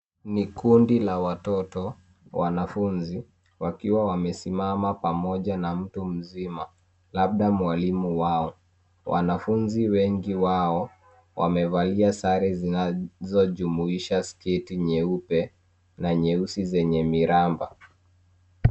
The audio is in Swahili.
Ni kundi la watoto wanafunzi wakiwa wamesimama pamoja na mtu mzima labda mwalimu wao wanafunzi wengi wao wamevalia sare zinazojumuisha sketi nyeupe na nyeusi zenye miramba